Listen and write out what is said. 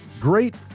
great